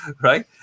right